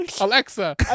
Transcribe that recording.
Alexa